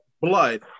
blood